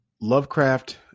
Lovecraft